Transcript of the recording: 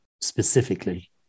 specifically